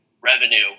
revenue